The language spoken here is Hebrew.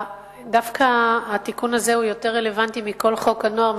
דווקא התיקון הזה רלוונטי יותר מכל חוק הנוער,